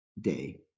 Day